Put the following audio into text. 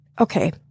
Okay